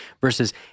versus